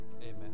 Amen